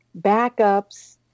backups